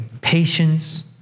patience